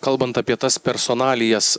kalbant apie tas personalijas